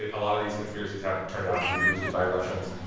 a lot of these conspiracies have turned out to be boosted by russians.